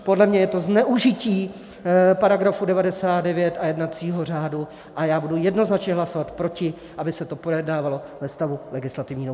Podle mě je to zneužití § 99 a jednacího řádu a já budu jednoznačně hlasovat proti, aby se to projednávalo ve stavu legislativní nouze.